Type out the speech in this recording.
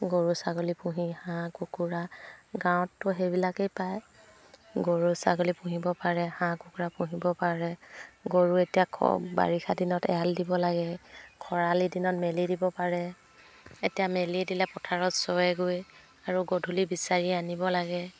গৰু ছাগলী পুহি হাঁহ কুকুৰা গাঁৱততো সেইবিলাকেই পায় গৰু ছাগলী পুহিব পাৰে হাঁহ কুকুৰা পুহিব পাৰে গৰু এতিয়া বাৰিষা দিনত এৰাল দিব লাগে খৰালি দিনত মেলি দিব পাৰে এতিয়া মেলি দিলে পথাৰত চৰেগৈ আৰু গধূলি বিচাৰি আনিব লাগে